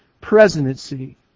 presidency